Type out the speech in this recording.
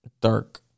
dark